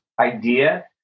idea